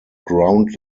ground